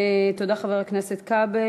תודה, חבר הכנסת כבל.